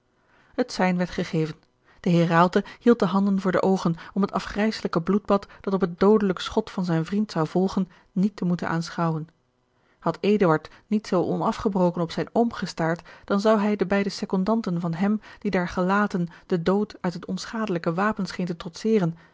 het sein werd gegeven de heer raalte hield de handen voor de oogen om het afgrijselijke bloedbad dat op het doodelijk schot van zijn vriend zou volgen niet te moeten aanschouwen had eduard niet zoo onafgebroken op zijn oom gestaard dan zou hij de beide secondanten van hem die daar gelaten den dood uit het onschadelijke wapen scheen te trotseren